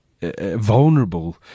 vulnerable